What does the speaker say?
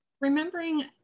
Remembering